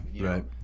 right